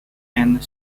and